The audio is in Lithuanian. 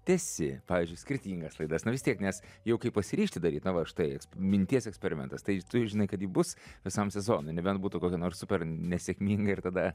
tęsi pavyzdžiui skirtingas laidas nu vis tiek nes jau kai pasiryžti daryti na va štai minties eksperimentas tai tu jau žinai kad ji bus visam sezonui nebent būtų kokia nors supernesėkminga ir tada